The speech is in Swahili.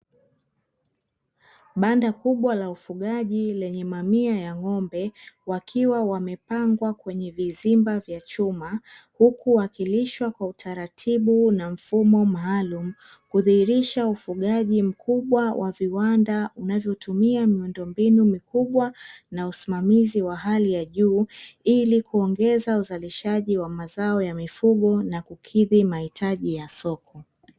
Banda kubwa la ufugaji lenye mamia ya ng'ombe wakiwa wamepangwa kwenye vizimba vya chuma, huku wakilishwa kwa utaratibu na mfumo maalumu, kudhiirisha ufugaji mkubwa wa viwanda unvotumia miundombinu mikubwa na usimamizi wa hali ya juu, ili kuongeza uzalishaji wa mazo ya mifugo, na kukidhi mahitaji ya soko.